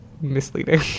misleading